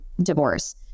divorce